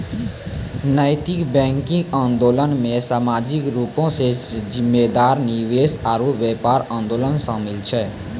नैतिक बैंकिंग आंदोलनो मे समाजिक रूपो से जिम्मेदार निवेश आरु व्यापार आंदोलन शामिल छै